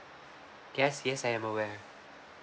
yes yes I'm aware